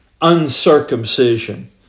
uncircumcision